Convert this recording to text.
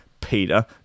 Peter